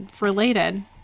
related